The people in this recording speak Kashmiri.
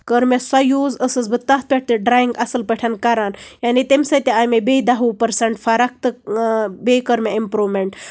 کٔر مےٚ سۄ یوٗز ٲسٕس بہٕ تَتھ پٮ۪ٹھ تہِ ڈریِنگ اَصٕل پٲٹھۍ کران یعنی تَمہِ سۭتۍ تہِ آے مےٚ بیٚیہِ دہ وُہ پٔرسَنٹ فرق تہٕ بیٚیہِ کٔر مےٚ امپروٗمینٹ